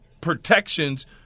protections